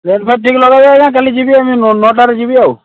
rate ଫେଟ୍ ଠିକ୍ ଲଗାଇବେ ଆଜ୍ଞା କାଲି ଯିବି ନଅଟାରେ ଯିବି ଆଉ